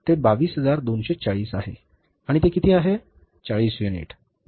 ते 22240 आहे आणि ते किती आहे 40 बरोबर